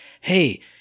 hey